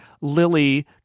lily